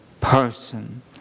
person